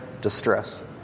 distress